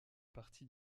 partie